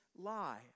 lie